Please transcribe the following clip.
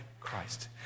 Christ